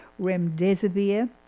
remdesivir